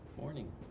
Morning